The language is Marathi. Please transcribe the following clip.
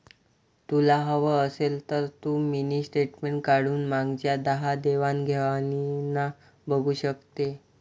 तुला हवं असेल तर तू मिनी स्टेटमेंट काढून मागच्या दहा देवाण घेवाणीना बघू शकते